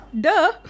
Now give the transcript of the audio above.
Duh